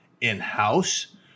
in-house